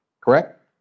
Correct